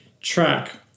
track